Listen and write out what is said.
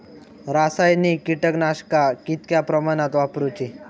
रासायनिक कीटकनाशका कितक्या प्रमाणात वापरूची?